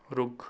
ਰੁੱਖ